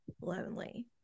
lonely